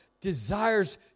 desires